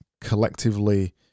collectively